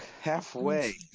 halfway